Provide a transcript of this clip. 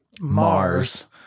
Mars